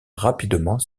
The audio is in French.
rapidement